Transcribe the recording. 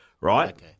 right